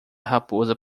raposa